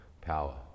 power